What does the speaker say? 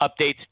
updates